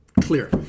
clear